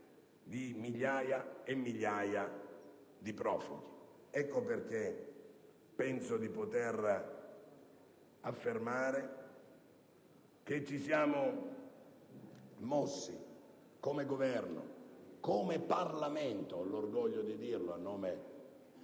di migliaia e migliaia di profughi. Per questo motivo penso di poter affermare che ci siamo mossi come Governo, come Parlamento - ho l'orgoglio di dirlo almeno